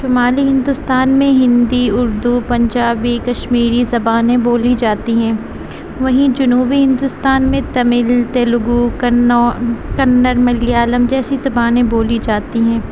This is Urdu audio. شمالی ہندوستان میں ہندی اردو پنجابی کشمیری زبانیں بولی جاتی ہیں وہیں جنوبی ہندوستان میں تمل تیلگو کنو کنڑ ملیالم جیسی زبانیں بولی جاتی ہیں